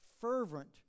fervent